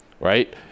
right